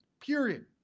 Period